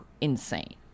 insane